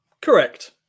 Correct